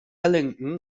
ellington